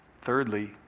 Thirdly